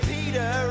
Peter